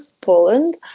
Poland